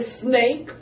snake